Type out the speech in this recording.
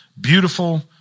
beautiful